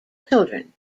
children